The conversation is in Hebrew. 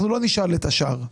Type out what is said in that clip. לא נשאל את השע"מ.